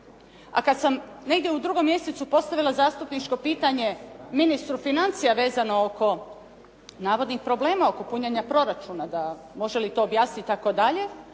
A kad sam negdje u drugom mjesecu postavila zastupničko pitanje ministru financija vezano oko navodnih problema oko punjenja proračuna da može li to objasniti itd.